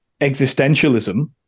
existentialism